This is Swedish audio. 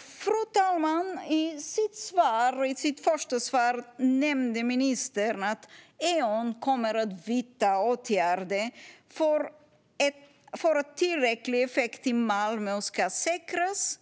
Fru talman! I sitt första svar nämnde ministern att Eon kommer att vidta åtgärder för att tillräcklig effekt till Malmö ska säkras.